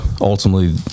ultimately